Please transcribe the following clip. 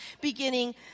beginning